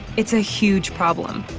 it's a huge problem.